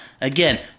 Again